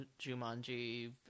Jumanji